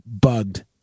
bugged